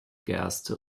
gerste